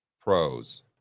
Pros